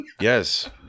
Yes